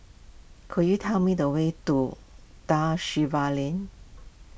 could you tell me the way to Da Silva Lane